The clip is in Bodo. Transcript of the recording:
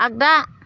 आगदा